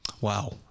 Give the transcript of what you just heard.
Wow